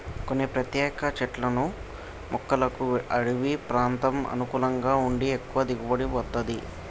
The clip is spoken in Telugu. కొన్ని ప్రత్యేక చెట్లను మొక్కలకు అడివి ప్రాంతం అనుకూలంగా ఉండి ఎక్కువ దిగుబడి వత్తది